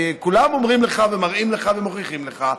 כולם אומרים לך ומראים לך ומוכיחים לך,